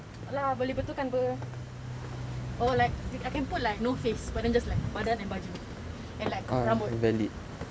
!alah! boleh betulkan apa oh like I can put like no face but then just like badan and baju and like rambut